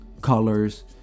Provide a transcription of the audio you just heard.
colors